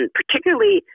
particularly